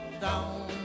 down